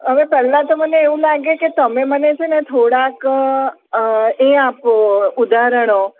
હવે પહેલા તો મને એવું લાગે કે તમે મને છે ને થોડાક એ આપો ઉદાહરણો